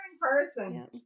person